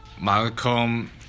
Malcolm